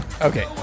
Okay